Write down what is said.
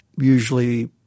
usually